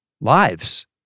lives